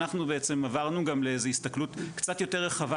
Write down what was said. אנחנו בעצם עברנו גם להסתכלות קצת יותר רחבה,